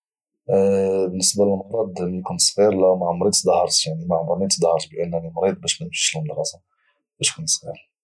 بالنسبه للمرض ملي كنت صغير لا ما عمرني تظاهرت ما عمرني تظاهرت بانني مريض باش ما نمشيش للمدرسة